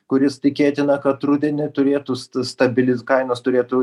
kuris tikėtina kad rudenį turėtų st stabiliz kainos turėtų